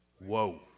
Whoa